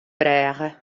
brêge